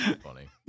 Funny